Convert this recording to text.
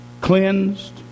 Cleansed